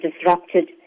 disrupted